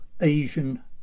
Asian